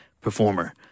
performer